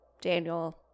daniel